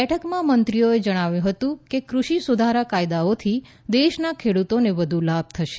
બેઠકમાં મંત્રીઓએ જણાવ્યું હતું કે ક્રષિ સુધારા કાયદાઓથી દેશના ખેડૂતોને વધુ લાભ થશે